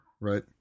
right